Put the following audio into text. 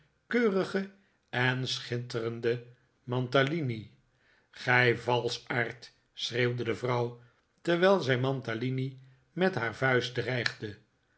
keurige en schitterende mantalini gij valschaard schreeuwde de vrouw terwijl zij mantalini met haar vuist dreigde